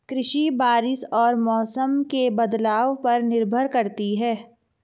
कृषि बारिश और मौसम के बदलाव पर निर्भर करती है